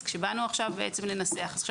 כשבאנו לנסח עכשיו,